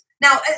now